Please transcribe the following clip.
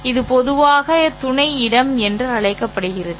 இது பொதுவாக துணை இடம் என்று அழைக்கப்படுகிறது